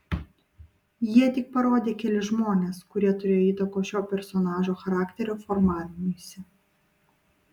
jie tik parodė kelis žmones kurie turėjo įtakos šio personažo charakterio formavimuisi